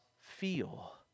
feel